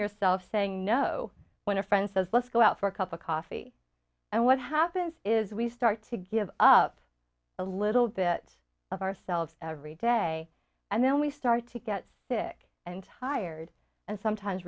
yourself saying no when a friend says let's go out for a cup of coffee and what happens is we start to give up a little bit of ourselves every day and then we start to get sick and tired and sometimes